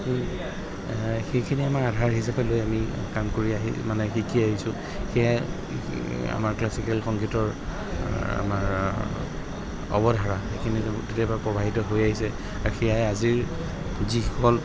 সেইখিনি আমাৰ আধাৰ হিচাপে লৈ আমি কাম কৰি আহি মানে শিকি আহিছোঁ সেয়াই আমাৰ ক্লাছিকেল সংগীতৰ আমাৰ অৱধাৰা সেইখিনিত কেতিয়াবা প্ৰবাহিত হৈ আহিছে আৰু সেয়াই আজিৰ যিসকল